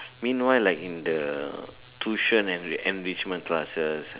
meanwhile like in the tuition and enrichment classes